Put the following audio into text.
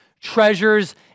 treasures